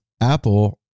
Apple